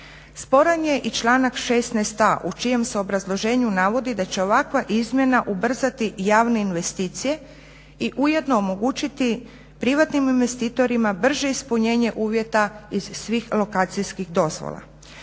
Sporan je i članak 16.a u čijem se obrazloženju navodi da će ovakva izmjena ubrzati javne investicije i ujedno omogućiti privatnim investitorima brže ispunjenje uvjeta iz svih lokacijskih dozvola.